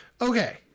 Okay